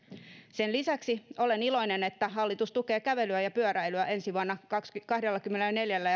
sen lisäksi olen iloinen että hallitus tukee kävelyä ja pyöräilyä ensi vuonna kahdellakymmenelläneljällä